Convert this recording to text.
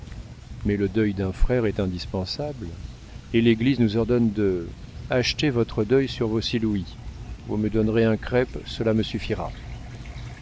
mais le deuil d'un frère est indispensable et l'église nous ordonne de achetez votre deuil sur vos six louis vous me donnerez un crêpe cela me suffira